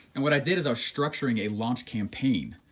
and what i did is i was structuring a launch campaign,